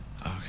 Okay